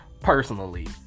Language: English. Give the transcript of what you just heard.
personally